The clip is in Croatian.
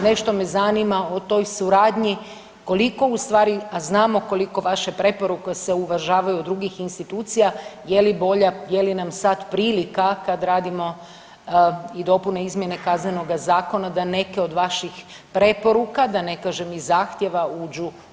Nešto me zanima o toj suradnji, koliko ustvari, a znamo koliko vaše preporuke se uvažavaju od drugih institucija, je li bolja, je li nam sad prilika kad radimo i dopune i izmjene Kaznenoga zakona da neke od vaših preporuka, da ne kažem i zahtjeva uđu u zakon?